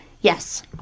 Yes